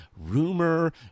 rumor